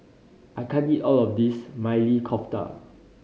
I can't eat all of this Maili Kofta